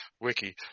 Wiki